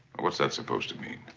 what's that supposed to mean?